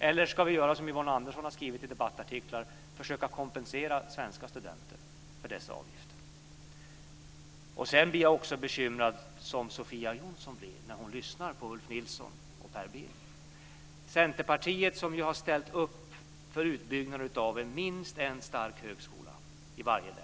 Eller ska vi göra som Yvonne Andersson har skrivit i debattartiklar, försöka att kompensera svenska studenter för dessa avgifter? Sofia Jonsson blir, liksom jag, bekymrad när hon lyssnar på Ulf Nilsson och Per Bill. Centerpartiet har ställt upp för utbyggnad till minst en stark högskola i varje län.